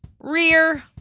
Rear